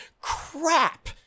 crap